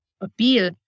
appeal